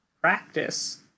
practice